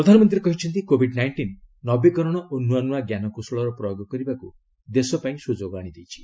ପ୍ରଧାନମନ୍ତ୍ରୀ କହିଛନ୍ତି କୋବିଡ୍ ନାଇଣ୍ଟିନ୍ ନବୀକରଣ ଓ ନୂଆ ନୂଆ ଞ୍ଜାନକୌଶଳର ପ୍ରୟୋଗ କରିବାକୁ ଦେଶପାଇଁ ସୁଯୋଗ ଆଶିଦେଇଛି